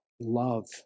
love